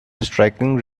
striking